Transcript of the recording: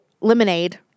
lemonade